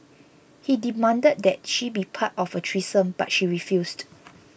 he demanded that she be part of a threesome but she refused